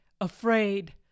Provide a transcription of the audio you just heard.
afraid